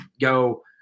go